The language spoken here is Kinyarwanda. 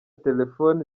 telephone